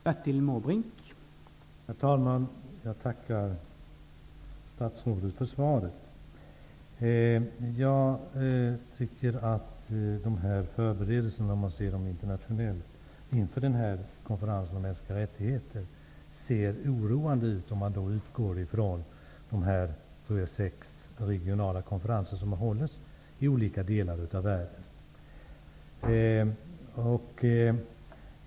Herr talman! Jag tackar statsrådet för svaret. Jag tycker att förberedelserna internationellt inför konferensen om mänskliga rättigheter ser oroande ut, om man utgår från de regionala konferenser som har hållits i olika delar av världen.